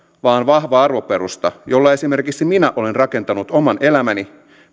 vaan vahva arvoperusta jolle esimerkiksi minä olen rakentanut oman elämäni